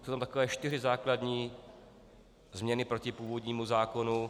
Jsou tam takové čtyři základní změny proti původnímu zákonu.